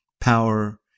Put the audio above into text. power